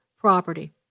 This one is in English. property